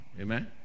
Amen